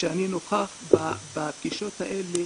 כשאני נוכח בפגישות האלה,